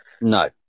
No